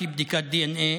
לפי בדיקת דנ"א,